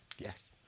Yes